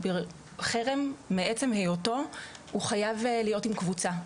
חרם מעצם היותו הוא חייב להיות עם קבוצה.